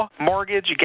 Mortgage